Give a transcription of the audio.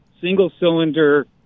single-cylinder